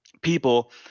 people